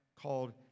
called